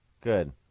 Good